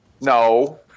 No